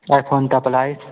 और फ़ोन का प्राइस